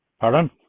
Pardon